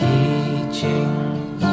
Teachings